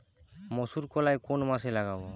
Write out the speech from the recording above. মুসুর কলাই কোন মাসে লাগাব?